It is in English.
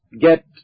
get